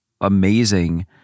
amazing